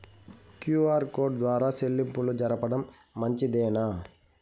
QR code ద్వారా చెల్లింపులు జరపడం మంచిదేనా?